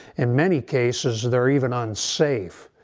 in many cases they're even unsafe.